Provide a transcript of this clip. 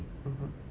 mmhmm